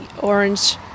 orange